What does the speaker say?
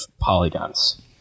polygons